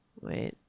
Wait